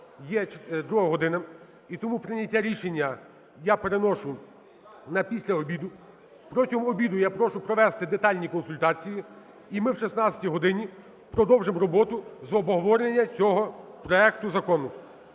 година, і тому прийняття рішення я переношу на після обіду. Протягом обіду я прошу провести детальні консультації, і ми о 16 годині продовжимо роботу з обговорення цього проекту закону.